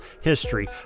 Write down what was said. history